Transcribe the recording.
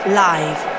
live